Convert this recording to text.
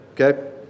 Okay